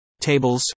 tables